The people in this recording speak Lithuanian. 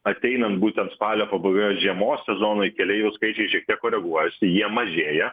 ateinant būtent spalio pabaigoje žiemos sezonui keleivių skaičiai šiek tiek koreguojasi jie mažėja